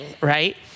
right